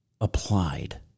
applied